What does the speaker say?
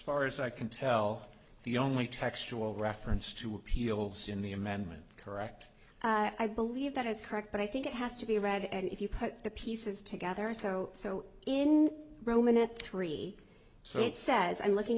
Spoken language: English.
far as i can tell the only textual reference to appeals in the amendment correct i believe that is correct but i think it has to be read and if you put the pieces together so so in roman it three so it says and looking